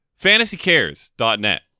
Fantasycares.net